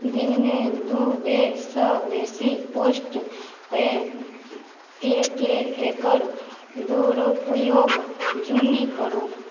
दिनमे दुइ बेरसे बेसी पोस्ट पे कऽ के एकर दुरुपयोग जुनि करू